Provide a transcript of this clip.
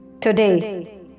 Today